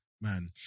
man